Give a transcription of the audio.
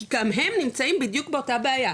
כי גם הם נמצאים בדיוק באותה בעיה,